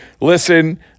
listen